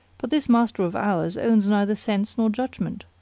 but this master of ours owns neither sense nor judgment.